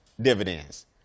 dividends